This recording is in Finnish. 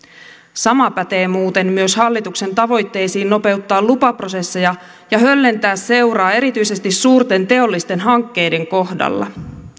sama pätee muuten myös hallituksen tavoitteisiin nopeuttaa lupaprosesseja ja höllentää seuraa erityisesti suurten teollisten hankkeiden kohdalla